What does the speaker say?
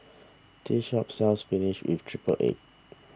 this shop sells Spinach with Triple Egg